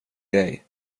grej